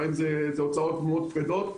ויטילו עליהן הוצאות כבדות מאוד.